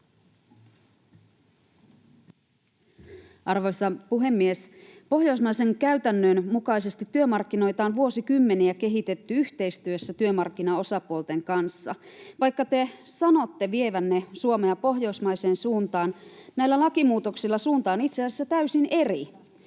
Arvoisa puhemies! Pohjoismaisen käytännön mukaisesti työmarkkinoita on vuosikymmeniä kehitetty yhteistyössä työmarkkinaosapuolten kanssa. Vaikka te sanotte vievänne Suomea pohjoismaiseen suuntaan, näillä lakimuutoksilla suunta on itse asiassa täysin eri.